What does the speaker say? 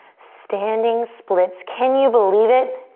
standing splits. can you believe it?